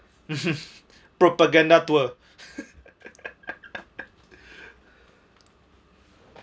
propaganda tour